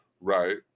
right